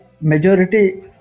majority